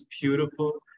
beautiful